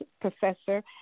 professor